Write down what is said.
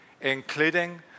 including